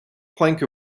plank